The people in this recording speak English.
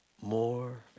more